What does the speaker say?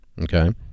Okay